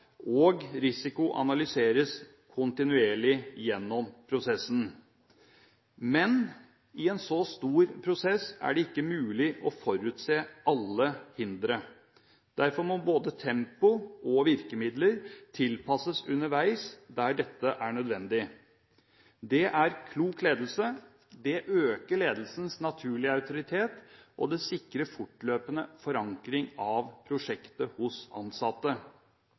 og risiko analyseres kontinuerlig gjennom prosessen. Men i en så stor prosess er det ikke mulig å forutse alle hindre. Derfor må både tempo og virkemidler tilpasses underveis, der dette er nødvendig. Det er klok ledelse, det øker ledelsens naturlige autoritet, og det sikrer fortløpende forankring av prosjektet hos ansatte.